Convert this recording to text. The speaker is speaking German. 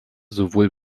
sowohl